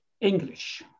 English